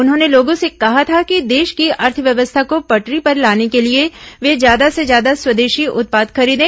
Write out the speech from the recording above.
उन्होंने लोगों से कहा था कि देश की अर्थव्यवस्था को पटरी पर लाने के लिए वे ज्यादा से ज्यादा स्वदेशी उत्पाद खरीदें